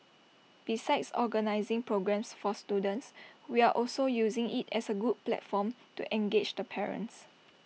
besides organising programmes for students we are also using IT as A good platform to engage the parents